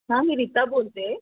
हां मी रीता बोलते आहे